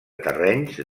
terrenys